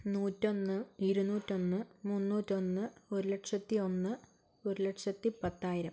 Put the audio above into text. നൂറ്റൊന്ന് ഇരുന്നൂറ്റൊന്ന് മുന്നൂറ്റൊന്ന് ഒരു ലക്ഷത്തി ഒന്ന് ഒരു ലക്ഷത്തി പത്തായിരം